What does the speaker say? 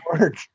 work